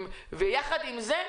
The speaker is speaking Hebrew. יחד עם זאת,